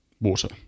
Water